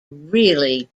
really